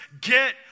get